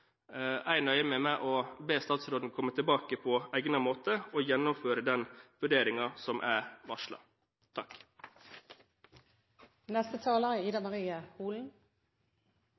meg med å be statsråden komme tilbake på egnet måte og gjennomføre den vurderingen som er